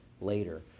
later